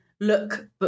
look